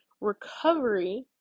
recovery